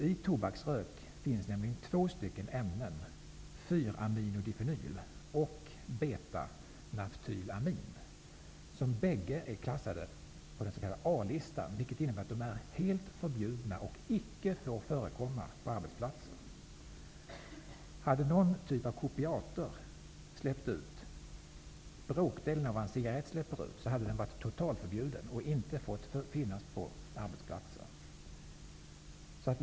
I tobaksrök finns nämligen två ämnen som båda är klassade på den s.k. a-listan, vilket innebär att de är helt förbjudna och icke får förekomma på arbetsplatser. Om någon typ av kopiator hade släppt ut bråkdelen av vad en cigarrett släpper ut, hade den varit totalförbjuden och inte fått finnas på arbetsplatser.